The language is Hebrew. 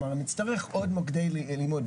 כלומר נצטרך עוד מוקדי לימוד.